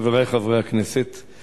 חברי חברי הכנסת,